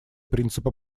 принципа